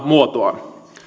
muotoaan